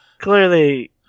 Clearly